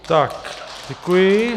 Tak děkuji.